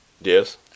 Yes